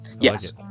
yes